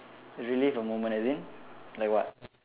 relive the moment as in like what